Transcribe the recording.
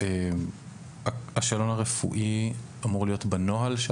השאלון הרפואי אמור להיות בנוהל?